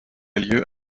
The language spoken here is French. lieu